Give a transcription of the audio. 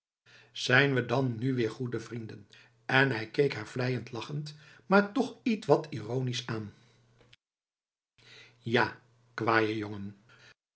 zijn we dan nu weer goede vrienden en hij keek haar vleiend lachend maar toch ietwat ironisch aan ja kwaje jongen